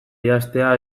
idaztea